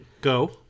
Go